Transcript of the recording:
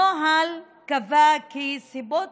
הנוהל קבע כי סיבות